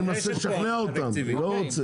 אני מנסה לשכנע אותם לא רוצה.